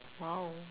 !wow!